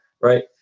right